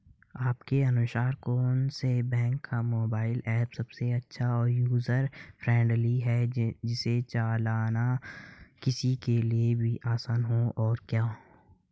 आपके अनुसार कौन से बैंक का मोबाइल ऐप सबसे अच्छा और यूजर फ्रेंडली है जिसे चलाना किसी के लिए भी आसान हो और क्यों?